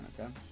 Okay